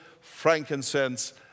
frankincense